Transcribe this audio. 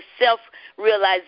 self-realization